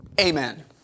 Amen